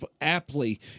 aptly